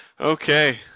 Okay